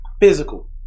physical